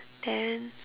then